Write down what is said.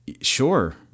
Sure